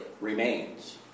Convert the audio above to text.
remains